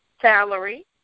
salary